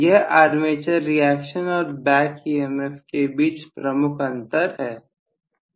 यह armature reaction और back EMF के बीच प्रमुख अंतर है